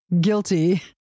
guilty